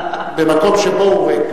במקום שהוא ריק.